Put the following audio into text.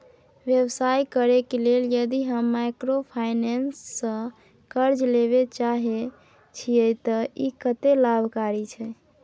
व्यवसाय करे के लेल यदि हम माइक्रोफाइनेंस स कर्ज लेबे चाहे छिये त इ कत्ते लाभकारी छै?